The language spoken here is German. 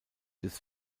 des